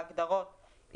בהגדרות,